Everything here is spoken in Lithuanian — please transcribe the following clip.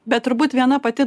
bet turbūt viena pati